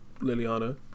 Liliana